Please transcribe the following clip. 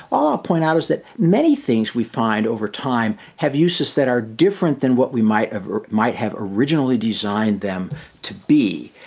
all i'll point out is that many things we find over time have uses that are different than what we might have might have originally designed them to be.